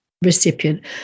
recipient